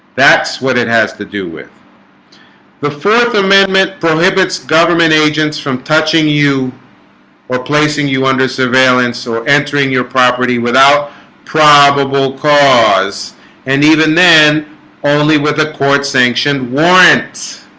that's what it has to do with the fourth amendment prohibits government agents from touching you or placing you under surveillance or entering your property without probable cause and even then only with the court sanctioned warrants